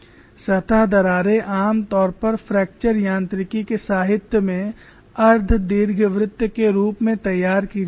सतह दरारें आमतौर पर फ्रैक्चर यांत्रिकी के साहित्य में अर्ध दीर्घवृत्त के रूप में तैयार की जाती हैं